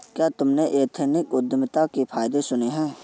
क्या तुमने एथनिक उद्यमिता के फायदे सुने हैं?